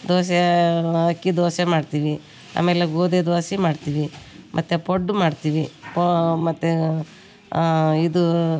ದೋಸೆ ಅಕ್ಕಿ ದೋಸೆ ಮಾಡ್ತೀವಿ ಆಮೇಲೆ ಗೋಧಿ ದೋಸೆ ಮಾಡ್ತೀವಿ ಮತ್ತೆ ಪಡ್ಡು ಮಾಡ್ತೀವಿ ಮತ್ತೆ ಇದು